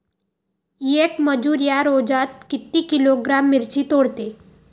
येक मजूर या रोजात किती किलोग्रॅम मिरची तोडते?